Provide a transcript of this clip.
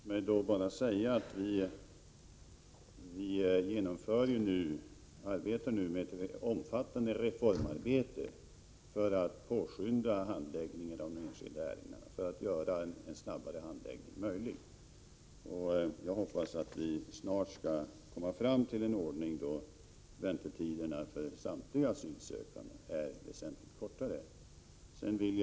Fru talman! Låt mig säga att vi håller på med ett omfattande reformarbete för att möjliggöra en snabbare handläggning av de enskilda ärendena. Jag hoppas att vi snart skall komma fram till en ordning med väsentligt kortare väntetider för samtliga asylsökande.